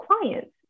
clients